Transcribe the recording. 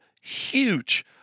huge